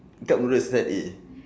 cup noodle set A